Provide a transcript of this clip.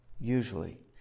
usually